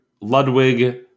Ludwig